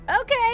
Okay